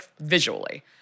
visually